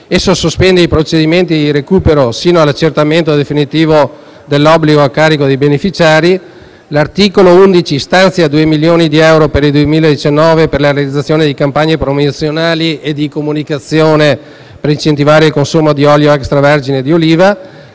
e sospende i procedimenti di recupero sino all'accertamento definitivo dell'obbligo a carico dei beneficiari. L'articolo 11 stanzia 2 milioni di euro per il 2019 per la realizzazione di campagne promozionali e di comunicazione per incentivare il consumo di olio extra vergine di oliva.